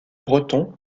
bretons